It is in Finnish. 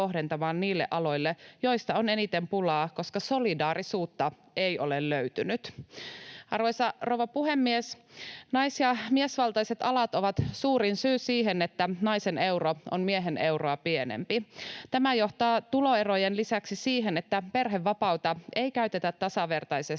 niille aloille, joilla on eniten pulaa, koska solidaarisuutta ei ole löytynyt. Arvoisa rouva puhemies! Nais- ja miesvaltaiset alat ovat suurin syy siihen, että naisen euro on miehen euroa pienempi. Tämä johtaa tuloerojen lisäksi siihen, että perhevapaita ei käytetä tasavertaisesti